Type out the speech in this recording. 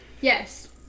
Yes